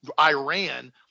Iran